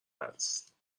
هست